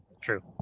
True